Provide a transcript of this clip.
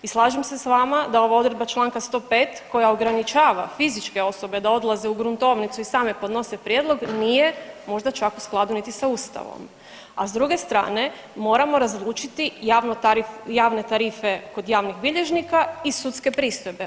I slažem se s vama da ova odredba čl. 105. koja ograničava fizičke osobe da odlaze u gruntovnicu i same podnose prijedlog nije možda čak u skladu niti sa ustavom, a s druge strane moramo razlučiti javne tarife kod javnih bilježnika i sudske pristojbe.